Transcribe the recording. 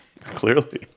Clearly